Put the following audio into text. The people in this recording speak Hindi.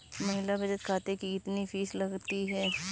महिला बचत खाते की कितनी फीस लगती है?